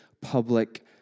public